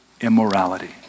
immorality